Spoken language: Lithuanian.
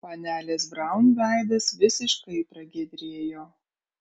panelės braun veidas visiškai pragiedrėjo